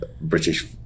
British